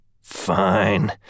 Fine